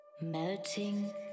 melting